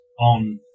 on